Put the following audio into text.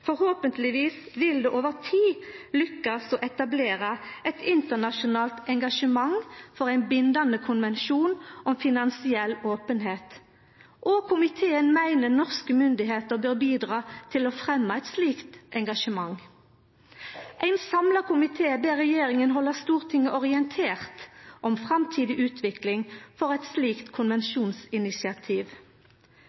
Forhåpentlegvis vil ein over tid lukkast med å etablera eit internasjonalt engasjement for ein bindande konvensjon om finansiell openheit. Komiteen meiner norske myndigheiter bør bidra til å fremja eit slikt engasjement. Ein samla komité ber regjeringa halda Stortinget orientert om framtidig utvikling for eit slikt